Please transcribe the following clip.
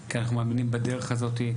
כי אנחנו מאמינים בדרך הזאת,